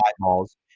eyeballs